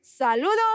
saludos